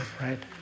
right